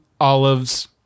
olives